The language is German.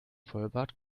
vollbart